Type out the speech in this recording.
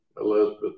Elizabeth